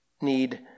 need